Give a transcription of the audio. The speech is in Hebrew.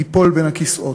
ליפול בין הכיסאות.